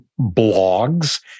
blogs